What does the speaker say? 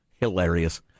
Hilarious